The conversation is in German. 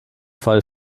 fall